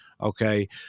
Okay